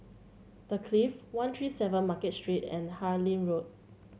The Clift One Three Seven Market Street and Harlyn Road